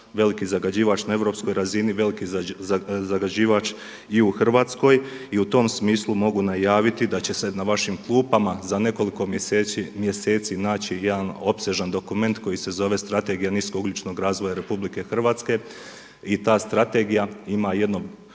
veliki zagađivač na europskoj razini, veliki zagađivač i u Hrvatskoj i u tom smislu mogu najaviti da će se na vašim klupama za nekoliko mjeseci naći jedan opsežan dokument koji se zove strategija niskougljičnog razvoja RH i ta strategija ima jedno